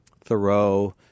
Thoreau